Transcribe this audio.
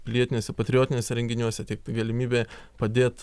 pilietiniuose patriotiniuose renginiuose tiek galimybė padėt